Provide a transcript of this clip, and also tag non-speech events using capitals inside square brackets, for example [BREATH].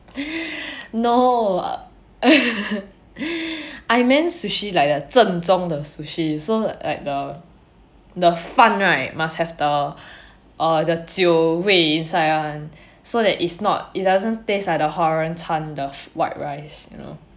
[BREATH] no err [LAUGHS] I meant sushi like the 正宗的 sushi so like the the 饭 right must have the err the 酒味 inside one so that it's not it does not taste like the 华人餐的 white rice you know